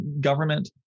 government